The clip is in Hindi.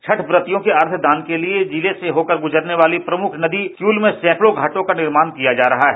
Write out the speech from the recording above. छठ व्रतियों के अर्घ्य दान के लिए जिले से होकर गुजरने वाली प्रमुख नदी किउल में सैंकड़ों घाटों का निर्माण किया जा रहा है